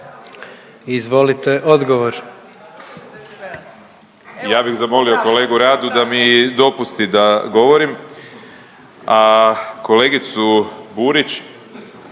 Peđa (SDP)** Ja bih zamolio kolegu Radu da mi dopusti da govorim. A kolegicu Burić